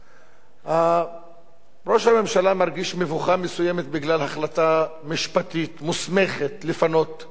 ראש הממשלה מרגיש מבוכה מסוימת בגלל החלטה משפטית מוסמכת לפנות התנחלות,